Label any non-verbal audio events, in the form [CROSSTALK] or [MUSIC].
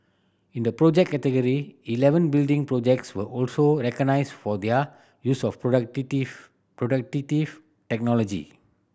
in the Project category eleven building projects were also recognised for their use of [UNINTELLIGIBLE] technology